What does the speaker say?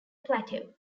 plateau